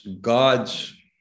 God's